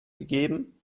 gegeben